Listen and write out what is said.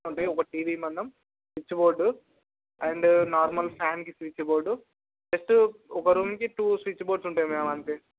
అంటే ఒక టీవీ మందం స్విచ్బోర్డు అండ్ నార్మల్ ఫ్యాన్కి స్విచ్బోర్డు నెక్స్టు ఒక రూంకి టూ స్విచ్బోర్డ్స్ ఉంటాయి మామ్ అంతే